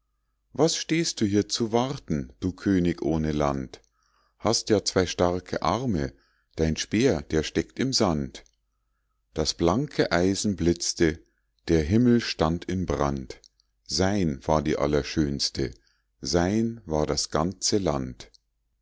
was stehst du hier zu warten du könig ohne land hast ja zwei starke arme dein speer der steckt im sand das blanke eisen blitzte der himmel stand in brand sein war die allerschönste sein war das ganze land